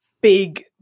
big